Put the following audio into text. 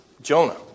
Jonah